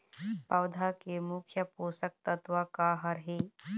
पौधा के मुख्य पोषकतत्व का हर हे?